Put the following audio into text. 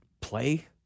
play